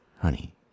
honey